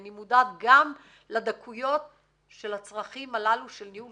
אני מודעת גם לדקויות של הצרכים הללו של ניהול